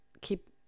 keep